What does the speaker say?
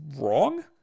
wrong